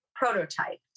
prototype